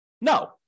No